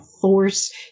force